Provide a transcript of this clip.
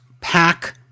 Pack